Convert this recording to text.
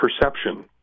perception